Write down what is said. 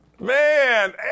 Man